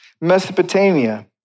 Mesopotamia